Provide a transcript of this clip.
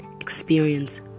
experience